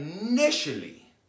initially